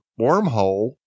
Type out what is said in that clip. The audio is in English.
wormhole